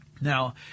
Now